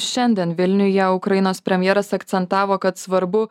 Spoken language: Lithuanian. šiandien vilniuje ukrainos premjeras akcentavo kad svarbu